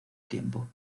tiempo